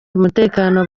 umutekano